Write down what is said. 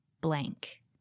blank